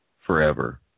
forever